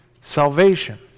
salvation